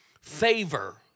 favor